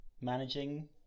managing